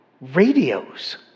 Radios